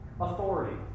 authority